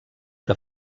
que